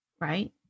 right